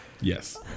Yes